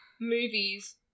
movies